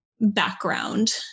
background